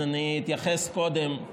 אז אני אתייחס קודם,